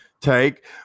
Take